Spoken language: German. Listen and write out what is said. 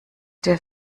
der